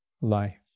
life